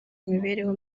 imibereho